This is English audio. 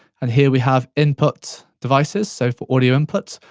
and here we have input devices, so for audio input.